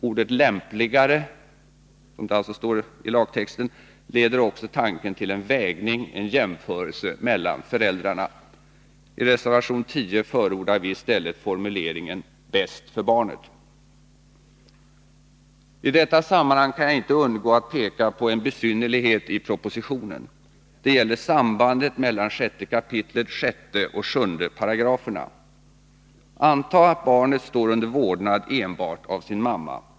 Ordet ”lämpligare” — som alltså står i lagtexten —leder också tanken till en vägning, en jämförelse mellan föräldrarna. I reservation 10 förordar vi i stället formuleringen ”bäst för barnet”. I detta sammanhang kan jag inte undgå att peka på en besynnerlighet i propositionen. Det gäller sambandet mellan 6 kap. 6 och 7 §§. Antag att barnet står under vårdnad enbart av sin mamma.